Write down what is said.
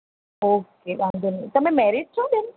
okay વાંધો નહીં તમે મેરીડ છો બેન